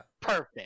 Perfect